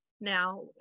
now